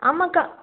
ஆமாக்கா